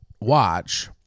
watch